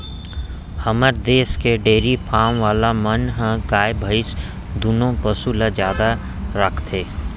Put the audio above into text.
हमर देस के डेरी फारम वाला मन ह गाय भईंस दुनों पसु ल जादा राखथें